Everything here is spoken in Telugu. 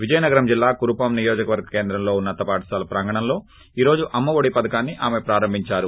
విజయనగరం జిల్లా కురుపాం నియోజకవర్గం కేంద్రంలోని ఉన్నత పాఠశాల ప్రాంగణంలో ఈ రోజు అమ్మ ఒడి పథకాన్నిఆమె ప్రారంభించారు